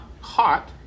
hot